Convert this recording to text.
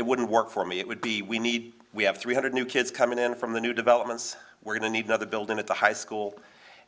it wouldn't work for me it would be we need we have three hundred new kids coming in from the new developments we're going to need another building at the high school